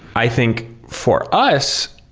i think, for us,